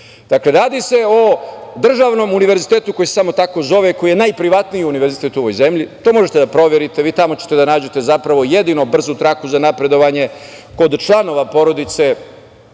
radi se o državnom Univerzitetu koji se samo tako zove i koji je najprivatniji univerzitet u ovoj zemlji, to možete da proverite. Tamo ćete da nađete, zapravo, jedinu brzu traku za napredovanje kod članova porodice